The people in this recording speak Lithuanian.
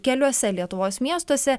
keliuose lietuvos miestuose